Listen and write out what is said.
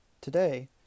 Today